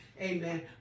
Amen